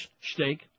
Steak